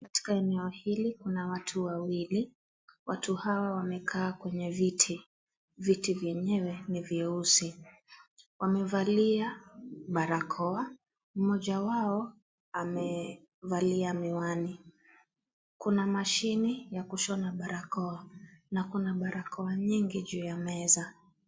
Katika eneo hili kuna watu wawili , watu hawa wamekaa kwenye viti . Viti vyenyewe ni vieusi . Wamevalia barakoa , mmoja wao amevalia miwani . Kuna mashini ya kushona barakoa na kuna barakoa nyingi juu ya meza.